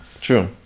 True